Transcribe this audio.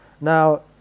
Now